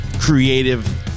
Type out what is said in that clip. creative